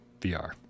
VR